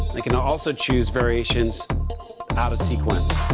like can also choose variations out of sequence.